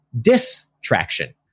distraction